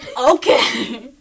okay